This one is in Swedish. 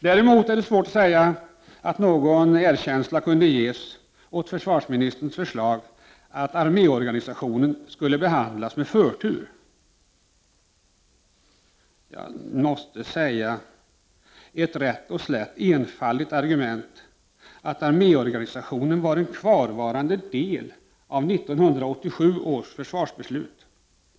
Däremot är det svårt att säga att någon erkänsla skulle kunna ges åt försvarsministerns förslag att arméorganisationen skall behandlas med förtur. Det är ett rätt och slätt enfaldigt argument att säga att arméorganisationen var en kvarvarande del av 1987 års försvarsbeslut.